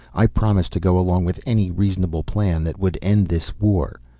i promised to go along with any reasonable plan that would end this war.